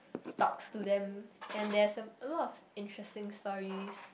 talks to them and there's some a lot of interesting stories